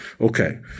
Okay